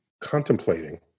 contemplating